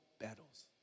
battles